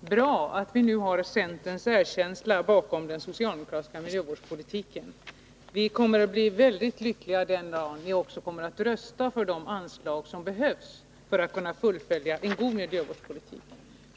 bra att vi nu har centerns erkänsla bakom den socialdemokratiska miljövårdspolitiken. Vi kommer att bli väldigt lyckliga den dag när ni också röstar för de anslag som behövs för att en god miljöpolitik skall kunna fullföljas.